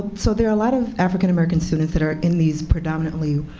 so there a lot of african-american students that are in these predominantly,